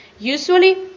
Usually